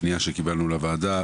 פנייה שקיבלנו לוועדה,